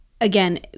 again